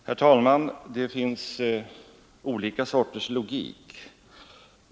Herr talman! Det finns olika sorters logik.